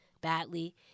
badly